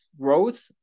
growth